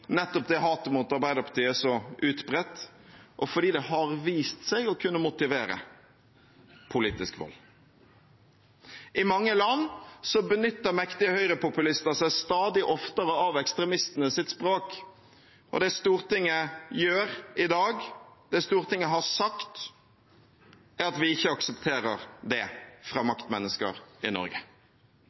nettopp hatet mot Arbeiderpartiet er så utbredt, og fordi det har vist seg å kunne motivere til politisk vold. I mange land benytter mektige høyrepopulister seg stadig oftere av ekstremistenes språk. Det Stortinget gjør i dag, og det Stortinget har sagt, innebærer at vi ikke aksepterer det fra maktmennesker i Norge.